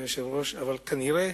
אבל כנראה